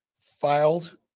filed